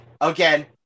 again